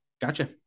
Gotcha